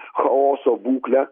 chaoso būklę